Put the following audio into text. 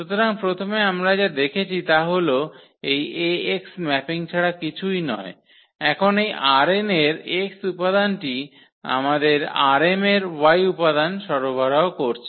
সুতরাং প্রথমে আমরা যা দেখেছি তা হল এই 𝐴x ম্যাপিং ছাড়া কিছুই নয় এখন এই ℝn এর x উপাদানটি আমাদের ℝm এর y উপাদান সরবরাহ করছে